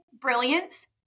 brilliance